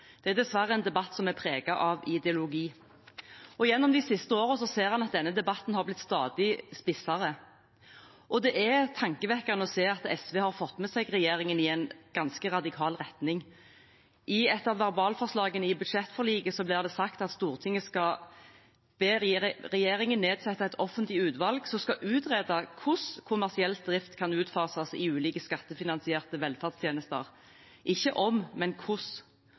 Det er dessverre en debatt som er preget av ideologi. Gjennom de siste årene ser en at denne debatten er blitt stadig spissere, og det er tankevekkende å se at SV har fått med seg regjeringen i en ganske radikal retning. I et av verbalforslagene i budsjettforliket blir det sagt at Stortinget ber regjeringen «innen mars 2022 nedsette et offentlig utvalg som skal utrede hvordan kommersiell drift kan utfases i ulike skattefinansierte velferdstjenester» – ikke om, men hvordan,